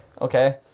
okay